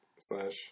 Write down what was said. slash